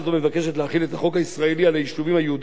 היישובים היהודיים ביהודה ושומרון ותושביהם.